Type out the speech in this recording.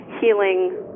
healing